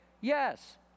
yes